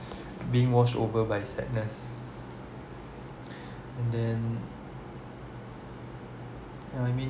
being washed over by sadness and then yeah I mean